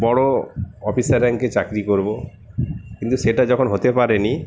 বড়ো অফিসার র্যাঙ্কে চাকরি করবো কিন্তু সেটা যখন হতে পারিনি